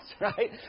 right